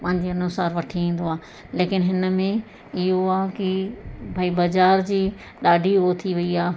पंहिंजे अनुसार वठी ईंदो आहे लेकिन हिन में इहो आहे की भई बाज़ारि जी ॾाढी हुओ थी वई आहे